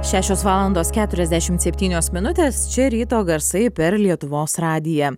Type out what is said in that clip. šešios valandos keturiasdešimt septynios minutės čia ryto garsai per lietuvos radiją